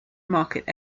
market